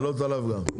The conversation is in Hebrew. חלות עליו גם.